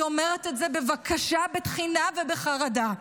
אני אומרת את זה בבקשה, בתחינה ובחרדה.